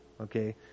Okay